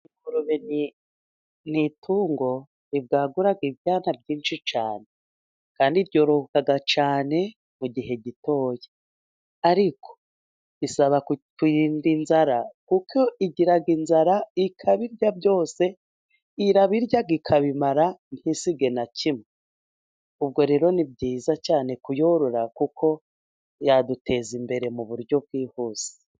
Ingurube ni itungo ribwagura ibyana ryinshi cyane ,kandi ryororoka cyane mu gihe gitoya, ariko bisaba kuyirinda inzara kuko igira inzara ikabirya byose, irabirya ikabimara ntisige na kimwe, ubwo rero ni byiza cyane kuyorora ,kuko yaduteza imbere mu buryo bwihuse.